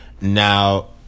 Now